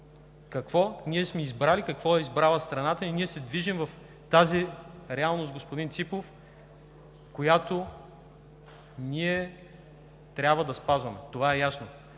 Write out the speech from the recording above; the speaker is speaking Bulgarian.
какво ние сме избрали, какво е избрала страната. Ние се движим в тази реалност, господин Ципов, която ние трябва да спазваме. Това е ясно,